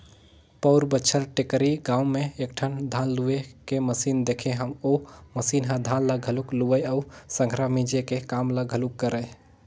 पउर बच्छर टेकारी गाँव में एकठन धान लूए के मसीन देखे हंव ओ मसीन ह धान ल घलोक लुवय अउ संघरा मिंजे के काम ल घलोक करय